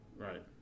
Right